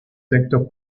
textos